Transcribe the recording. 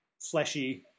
fleshy